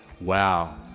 Wow